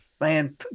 man